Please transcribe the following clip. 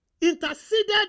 interceded